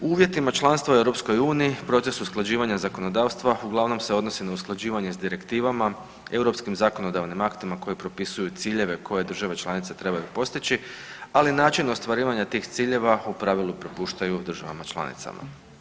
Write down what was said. U uvjetima članstva u EU proces usklađivanja zakonodavstva uglavnom se odnosi na usklađivanje sa direktivama, europskim zakonodavnim aktima koji propisuju ciljeve koje države članice trebaju postići ali način ostvarivanja tih ciljeva u pravilu prepuštaju državama članicama.